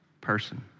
person